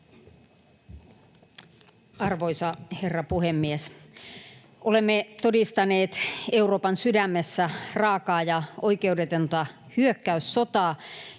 Arvoisa herra puhemies! Olemme todistaneet Euroopan sydämessä raakaa ja oikeudetonta hyökkäyssotaa,